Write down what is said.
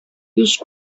use